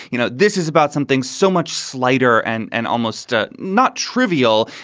you know, this is about something so much slighter and and almost ah not trivial,